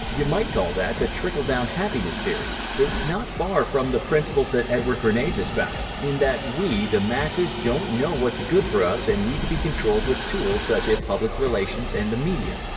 you might call that the trickle-down happiness theory. it's not far from the principles that edward bernays espoused, in that we, the masses, don't know what's good for us and need to be controlled with tools such as public relations and the media.